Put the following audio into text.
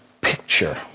picture